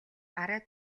арай